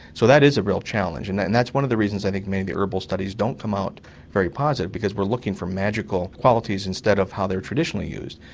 so that is a real challenge, and and that's one of the reasons i think maybe herbal studies don't come out very positive, because we're looking for magical qualities instead of how they're traditionally used.